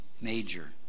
major